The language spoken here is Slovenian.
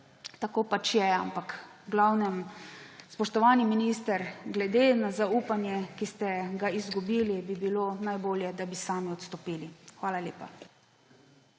tako pač je. Ampak v glavnem, spoštovani minister, glede na zaupanje, ki ste ga izgubili, bi bilo najbolje, da bi sami odstopili. Hvala lepa.